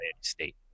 state